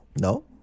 No